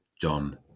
John